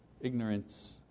ignorance